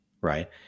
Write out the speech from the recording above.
Right